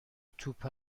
توپ